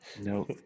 no